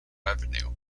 revenue